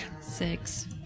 Six